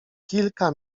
kilka